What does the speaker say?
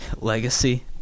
legacy